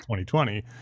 2020